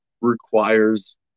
requires